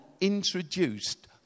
introduced